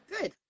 Good